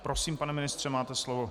Prosím, pane ministře, máte slovo.